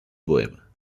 bohême